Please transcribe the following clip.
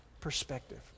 perspective